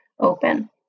open